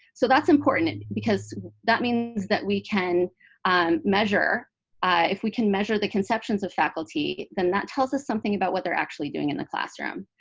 so that's important, because that means that we can um measure if we can measure the conceptions of faculty, then that tells us something about what they're actually doing in the classroom.